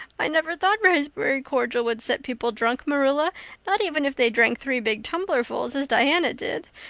i never thought raspberry cordial would set people drunk, marilla not even if they drank three big tumblerfuls as diana did.